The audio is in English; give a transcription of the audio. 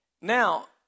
Now